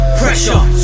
pressure